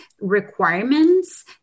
requirements